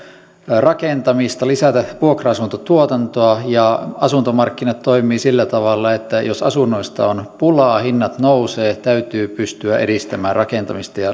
rakentamista lisätä vuokra asuntotuotantoa ja asuntomarkkinat toimivat sillä tavalla että jos asunnoista on pulaa hinnat nousevat täytyy pystyä edistämään rakentamista ja